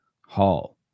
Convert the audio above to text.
Hall